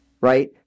right